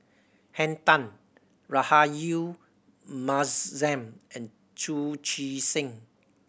Henn Tan Rahayu Mahzam and Chu Chee Seng